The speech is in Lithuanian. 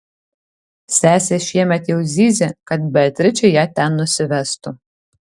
sesė šiemet jau zyzė kad beatričė ją ten nusivestų